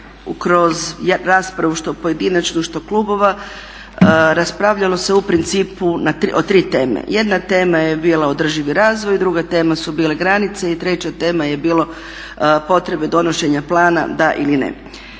kroz raspravu, što pojedinačnu, što klubova raspravljalo se u principu o tri teme. Jedna tema je bila održivi razvoj, druga tema su bile granice i treća tema je bilo potrebe donošenja plana da ili ne.